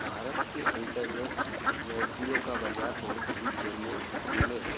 भारत के अन्तर्गत नौकरियों का बाज़ार बहुत ही दयनीय स्थिति में हे